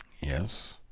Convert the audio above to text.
Yes